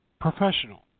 professional